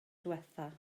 ddiwethaf